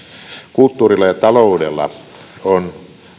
kulttuurilla ja taloudella on